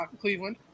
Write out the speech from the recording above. Cleveland